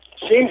Seems